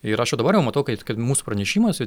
ir aš va dabar jau matau kaip kad mūsų pranešimuose